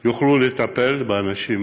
יוכלו לטפל באנשים האלה.